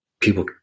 people